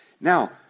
Now